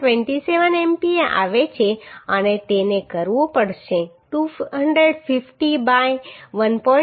27 MPa આવે છે અને તેને કરવું પડશે 250 બાય 1